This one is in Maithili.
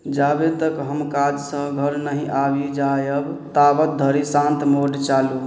जाबे तक हम काजसँ घर नहि आबि जायब ताबत धरि शान्त मोड चालू